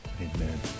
Amen